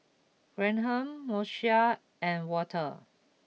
Graham Moesha and Walter